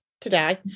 today